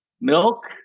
Milk